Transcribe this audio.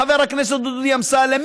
חבר הכנסת דודי אמסלם,